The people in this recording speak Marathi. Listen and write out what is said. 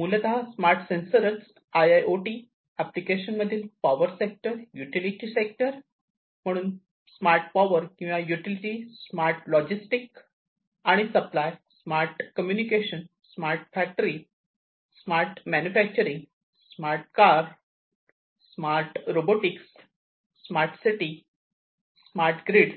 मूलतः स्मार्ट सेंसरच आय् आय् ओ टी अप्लिकेशनमधील पावर सेक्टर युटिलिटी सेक्टर म्हणून स्मार्ट पावर किंवा युटिलिटी स्मार्ट लॉजिस्टिक आणि supply smart communication smart factory smart manufacturing smart car smart robotics smart city smart grid